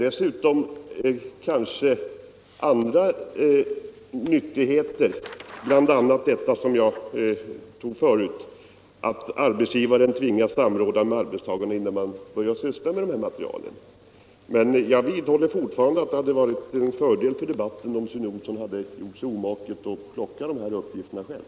Dessutom innebär anvisningarna andra fördelar, t.ex. det som jag berörde förut, nämligen att arbetsgivaren tvingas samråda med arbetstagaren innan man börjar använda de här materialen. Jag vidhåller fortfarande att det hade varit till fördel för debatten om herr Olsson i Stockholm hade gjort sig omaket att plocka fram de här uppgifterna själv.